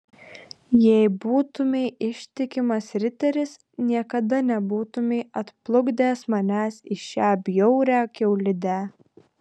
jei būtumei ištikimas riteris niekada nebūtumei atplukdęs manęs į šią bjaurią kiaulidę